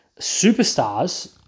superstars